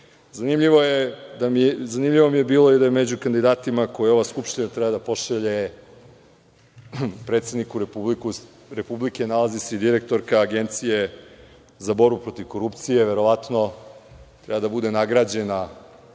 Srbije. Zanimljivo mi je bilo da se među kandidatima koje ova Skupština treba da pošalje predsedniku Republike nalazi se i direktorka Agencije za borbu protiv korupcije. Verovatno treba da bude nagrađena